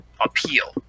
appeal